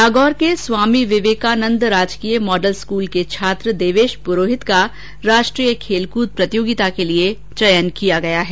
नागौर के स्वामी विवेकानंद राजकीय model school के छात्र देवेश पुरोहित का राष्ट्रीय खेलकूद प्रतियोगिता के लिए चयन किया गया है